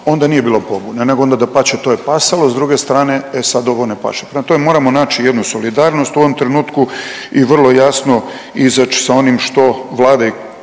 onda nije bilo pobune, nego onda dapače to je pasalo. S druge strane e sad ovo ne paše. Prema tome, moramo naći jednu solidarnost u ovom trenutku i vrlo jasno izaći sa onim što Vlada